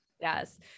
Yes